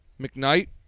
McKnight